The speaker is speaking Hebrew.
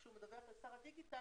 כשהוא מדבר עם שר הדיגיטל,